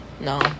No